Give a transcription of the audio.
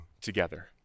together